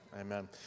Amen